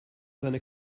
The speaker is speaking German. seine